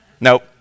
Nope